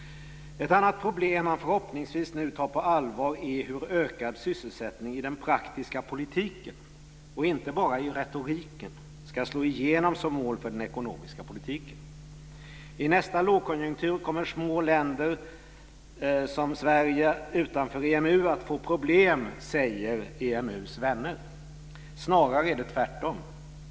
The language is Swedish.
Ett annat problem som man nu förhoppningsvis tar på allvar är hur ökad sysselsättning i den praktiska politiken och inte bara i retoriken ska slå igenom som mål för den ekonomiska politiken. I nästa lågkonjunktur kommer små länder som Sverige utanför EMU att få problem, säger EMU:s vänner. Snarare är det tvärtom.